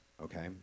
Okay